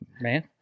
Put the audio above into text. man